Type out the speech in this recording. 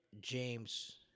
James